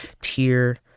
tier